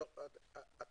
השני, מ-2015,